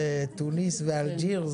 טוניס ואלג'יר,